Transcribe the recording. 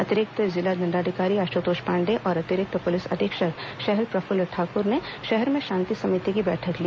अतिरिक्त जिला दण्डाधिकारी आशुतोष पाण्डेय और अतिरिक्त पुलिस अधीक्षक शहर प्रफुल्ल ठाकुर ने रायपुर में शांति समिति की बैठक ली